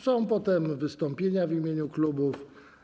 Są potem wystąpienia w imieniu klubów.